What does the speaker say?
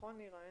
נכון נירה?